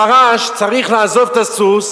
הפרש צריך לעזוב את הסוס,